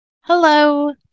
Hello